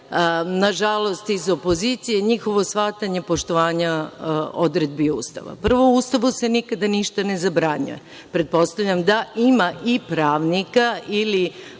nažalost iz opozicije, njihovo shvatanje poštovanja odredbi Ustava. Prvo, u Ustavu se nikada ništa ne zabranjuje. Pretpostavljam da ima i pravnika ili